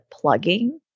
plugging